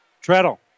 Treadle